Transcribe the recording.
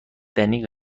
دنی